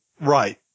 Right